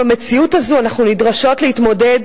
עם המציאות הזאת אנחנו נדרשות להתמודד